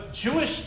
Jewish